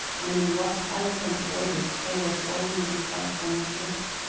and in what eloquent order they were forming themselves on his lips.